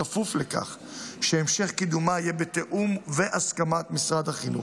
בכפוף לכך שהמשך קידומה יהיה בתיאום ובהסכמת משרד החינוך.